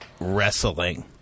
wrestling